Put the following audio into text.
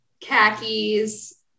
khakis